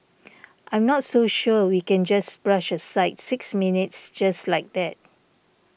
I'm not so sure we can just brush aside six minutes just like that